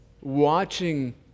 watching